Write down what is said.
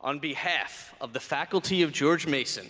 on behalf of the faculty of george mason